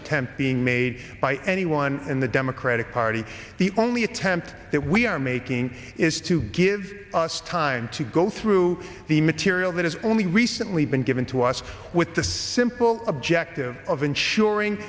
being made by anyone in the democratic party the only attempt that we are making is to give us time to go through the material that has only recently been given to us with the simple objective of ensuring